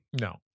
no